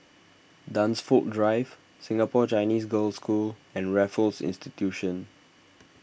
Dunsfold Drive Singapore Chinese Girls' School and Raffles Institution